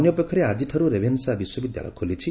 ଅନ୍ୟପକ୍ଷରେ ଆଜିଠାରୁ ରେଭେନ୍ନା ବିଶ୍ୱବିଦ୍ୟାଳୟ ଖୋଲିଛି